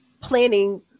planning